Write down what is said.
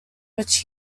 which